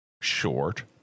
short